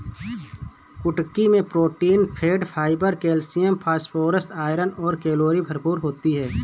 कुटकी मैं protein, fat, fibre, calcium, phosphorus, iron और कैलोरी भरपूर होती है